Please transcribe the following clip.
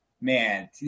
man